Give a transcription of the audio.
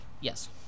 Yes